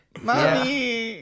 Mommy